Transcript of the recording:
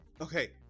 okay